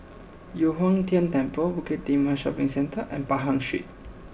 Yu Huang Tian Temple Bukit Timah Shopping Centre and Pahang Street